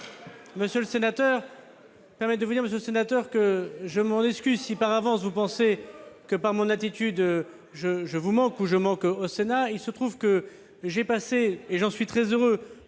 Monsieur le sénateur, je vous présente mes excuses, si, par avance, vous pensez que, par mon attitude, je vous manque ou je manque au Sénat, mais il se trouve que j'ai passé, et j'en suis très heureux,